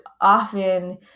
often